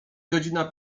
godzina